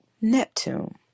Neptune